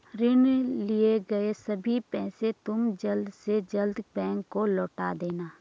ऋण लिए गए सभी पैसे तुम जल्द से जल्द बैंक को लौटा देना